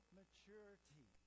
maturity